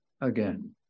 again